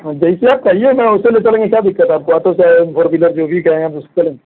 जैसे कहिए ना वैसे ले चलेंगे क्या दिक्कत है आपको आटो से है फोर व्हीलर जो भी कहे उससे ले